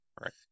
right